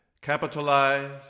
Capitalize